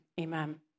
amen